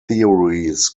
theories